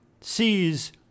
sees